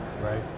Right